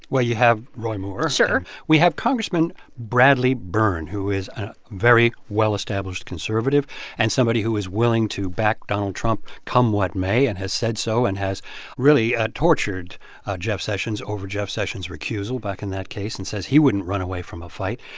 well, you have roy moore sure we have congressman bradley byrne, who is a very well-established conservative and somebody who is willing to back donald trump, come what may, and has said so and has really tortured jeff sessions over jeff sessions' recusal back in that case and says he wouldn't run away from a fight.